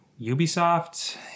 Ubisoft